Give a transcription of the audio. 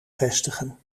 vestigen